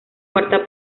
cuarta